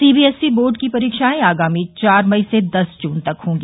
CBSE board की परीक्षाएं आगामी चार मई से दस जून तक होंगी